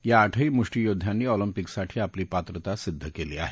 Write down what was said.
या आठही मुष्ठीयोद्ध्यातीी ऑलिप्किसाठी आपली पात्रता सिद्ध केली आहे